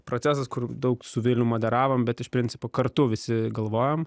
procesas kur daug su vilium moderavom bet iš principo kartu visi galvojom